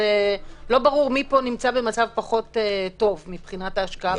לא ברור מי פה נמצא במצב פחות טוב מבחינת ההשקעה.